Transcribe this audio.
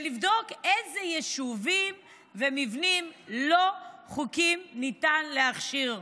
לבדוק איזה יישובים ומבנים לא חוקיים ניתן להכשיר.